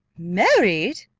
married!